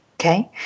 Okay